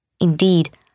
Indeed